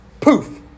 Poof